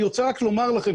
אני רוצה רק לומר לכם,